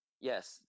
Yes